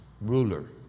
ruler